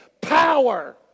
power